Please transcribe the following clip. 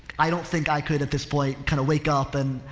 i don't think i could at this point kind of wake up and,